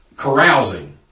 Carousing